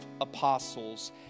apostles